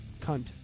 Cunt